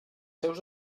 seus